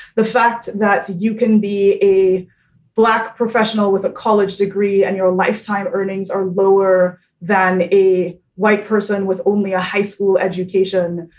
the fact that you can be a black professional with a college degree and your lifetime earnings are lower than a white person with only a high school education.